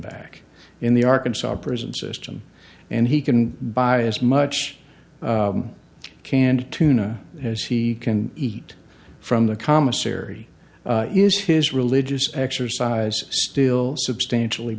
back in the arkansas prison system and he can buy as much canned tuna as he can eat from the commissary is his religious exercise still substantially